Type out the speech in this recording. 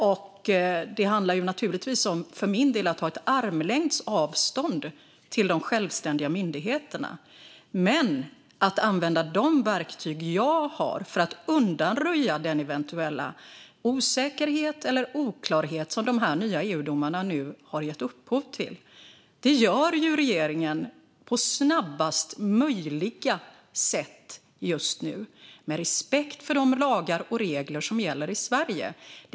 För min del handlar det naturligtvis om att ha armlängds avstånd till de självständiga myndigheterna men att använda de verktyg jag har för att undanröja den eventuella osäkerhet eller oklarhet som de nya EU-domarna nu har gett upphov till. Detta gör regeringen på snabbaste möjliga sätt just nu, med respekt för de lagar och regler som gäller i Sverige.